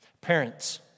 Parents